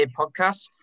podcast